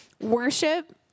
worship